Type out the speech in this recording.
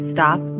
Stop